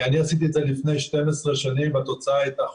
אני עשיתי את זה לפני 12 שנים והתוצאה הייתה חוק.